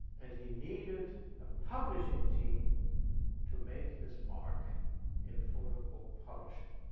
and he needed a publishing team to make his mark in photo-book publishing,